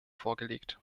vorgelegt